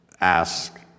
ask